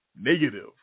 Negative